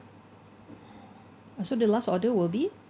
uh so the last order will be